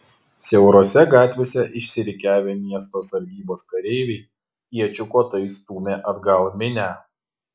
siaurose gatvėse išsirikiavę miesto sargybos kareiviai iečių kotais stūmė atgal minią